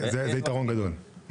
זה יתרון גדול.